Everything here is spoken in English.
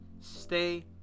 stay